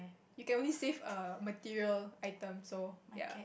you can only save a material item so ya